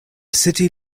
city